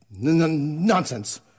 Nonsense